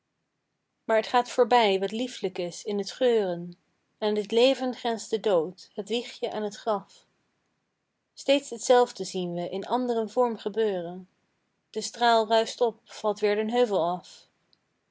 maar t gaat voorbij wat lieflijk is in t geuren aan t leven grenst de dood het wiegje aan t graf steeds t zelfde zien we in anderen vorm gebeuren de straal ruischt op valt weer den heuvel af